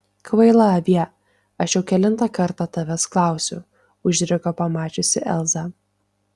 kvaila avie aš jau kelintą kartą tavęs klausiu užriko pamačiusi elzą